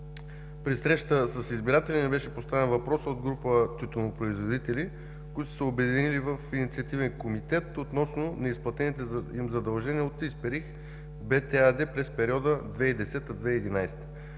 При среща с избиратели ми беше поставен въпросът от група тютюнопроизводители, които са се обединили в Инициативен комитет относно неизплатените им задължения от „Исперих БТ“ АД през периода 2010 – 2011